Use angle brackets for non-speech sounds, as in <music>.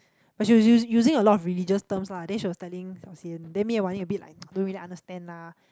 but she was using using a lot of religious terms lah then she was telling Xiao-Xian then me an Wan-Ning a bit like <noise> don't really understand lah